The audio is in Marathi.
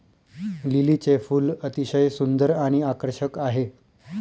लिलीचे फूल अतिशय सुंदर आणि आकर्षक आहे